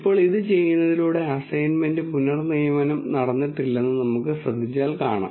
ഇപ്പോൾ ഇത് ചെയ്യുന്നതിലൂടെ അസൈൻമെന്റ് പുനർനിയമനം നടന്നിട്ടില്ലെന്ന് നമുക്ക് ശ്രദ്ധിച്ചാൽ കാണാം